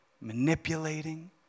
manipulating